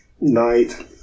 night